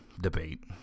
debate